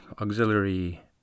auxiliary